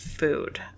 Food